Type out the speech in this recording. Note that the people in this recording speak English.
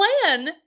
plan